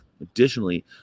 additionally